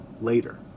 later